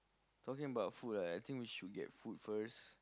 talking about food right I think we should get food first